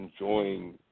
enjoying